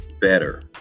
better